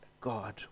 God